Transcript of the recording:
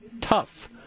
tough